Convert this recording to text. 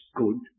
good